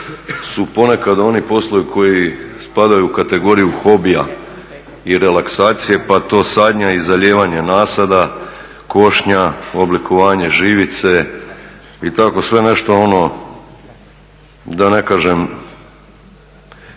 su ponekad oni poslovi koji spadaju u kategoriju hobija i relaksacije pa to sadnja i zalijevanje nasada, košnja, oblikovanje živice, i tako, sve nešto ono da ne kažem